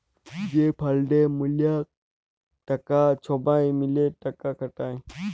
যে ফাল্ডে ম্যালা টাকা ছবাই মিলে টাকা খাটায়